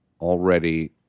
already